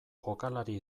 jokalari